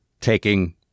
Taking